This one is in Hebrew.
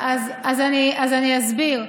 אז אני אסביר.